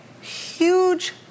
huge